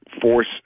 force